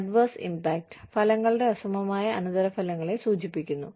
adverse impact ഫലങ്ങളുടെ അസമമായ അനന്തരഫലങ്ങളെ സൂചിപ്പിക്കുന്നു